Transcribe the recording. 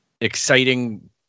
exciting